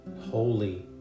holy